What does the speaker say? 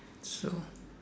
so